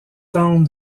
tente